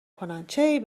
کنن، چه